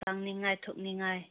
ꯂꯥꯛꯅꯤꯡꯉꯥꯏ ꯊꯣꯛꯅꯤꯡꯉꯥꯏ